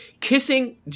kissing